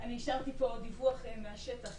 השארתי פה דיווח מהשטח,